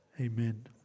Amen